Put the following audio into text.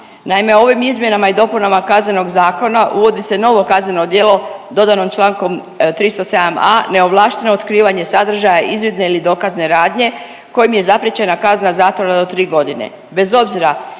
Naime, ovim izmjenama i dopunama Kaznenog zakona uvodi se novo kazneno djelo dodano člankom 307a. neovlašteno otkrivanje sadržaja izvidne ili dokazne radnje kojim je zapriječena kazna zatvora do 3 godine